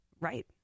right